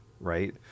right